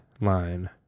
line